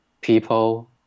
people